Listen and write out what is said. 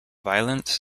violence